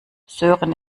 sören